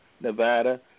Nevada